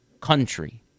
country